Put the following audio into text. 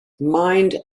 mind